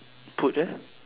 put the